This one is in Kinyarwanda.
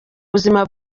buzima